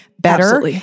better